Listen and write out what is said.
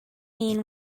mean